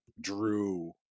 drew